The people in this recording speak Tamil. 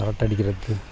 அரட்டை அடிக்கிறது